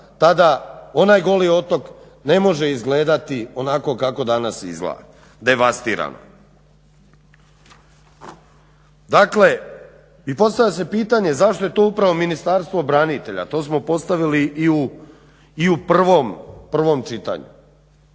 tada onaj Goli otok ne može izgledati onako kako danas izgleda, devastirano. Dakle i postavlja se pitanje zašto je to upravo Ministarstvo branitelja, to smo postavili i u prvom čitanju.